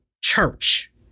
church